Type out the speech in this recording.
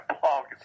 blog